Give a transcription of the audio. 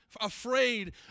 afraid